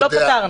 לא פתרנו.